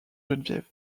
geneviève